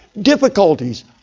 difficulties